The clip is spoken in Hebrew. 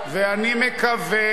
ואני מקווה,